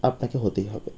আপনাকে হতেই হবে